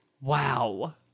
Wow